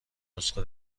نسخه